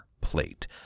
plate